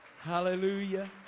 Hallelujah